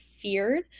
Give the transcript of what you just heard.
feared